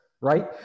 right